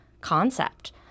concept